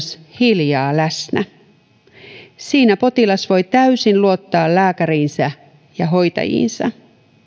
hiljaa läsnä siinä potilas voi täysin luottaa lääkäriinsä ja hoitajiinsa